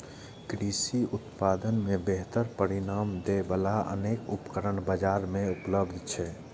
कृषि उत्पादन मे बेहतर परिणाम दै बला अनेक उपकरण बाजार मे उपलब्ध छै